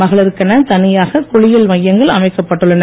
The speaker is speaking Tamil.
மகளிருக்கென தனியாக குளியல் மையங்கள் அமைக்கப்பட்டுள்ளன